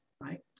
right